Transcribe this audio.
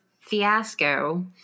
fiasco –